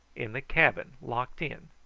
in the cabin, locked in.